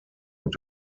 und